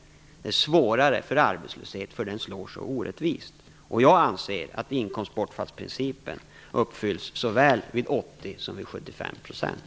Men det är svårare med arbetslösheten, för den slår så orättvist. Jag anser att inkomstbortfallsprincipen uppfylls såväl vid 80 % som vid 75 %.